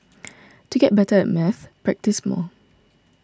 to get better at maths practise more